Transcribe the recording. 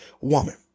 woman